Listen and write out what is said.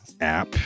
app